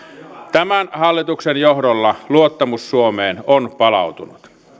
tämän hallituksen johdolla luottamus suomeen on palautunut